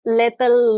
little